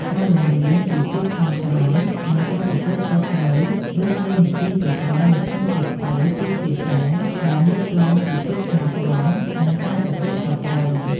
ការបង្រៀនពីភាពស្មោះត្រង់ និងការទទួលខុសត្រូវរឿងព្រេងនិទានជាច្រើននៅក្នុងសៀវភៅពីរភាសាបានលើកឡើងពីភាពស្មោះត្រង់ និងការទទួលខុសត្រូវ។